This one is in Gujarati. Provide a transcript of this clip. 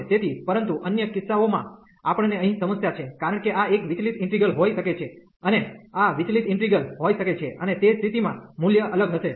તેથી પરંતુ અન્ય કિસ્સાઓમાં આપણને અહીં સમસ્યા છે કારણ કે આ એક વિચલિત ઇન્ટિગ્રલ હોઈ શકે છે અને આ વિચલિત ઇન્ટિગ્રલ હોઈ શકે છે અને તે સ્થિતિમાં મૂલ્ય અલગ હશે